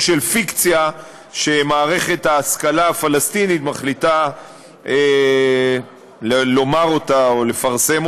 של פיקציה שמערכת ההשכלה הפלסטינית מחליטה לומר או לפרסם,